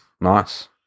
Nice